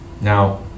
Now